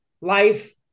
life